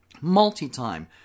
multi-time